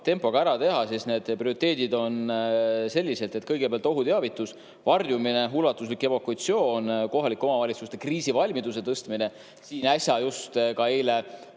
tempoga ära teha, siis need prioriteedid on sellised. Kõigepealt on ohuteavitus, varjumine, ulatuslik evakuatsioon, kohalike omavalitsuste kriisivalmiduse tõstmine – just äsja, eile